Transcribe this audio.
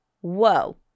whoa